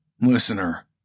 Listener